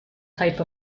type